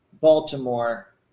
Baltimore